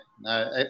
No